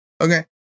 okay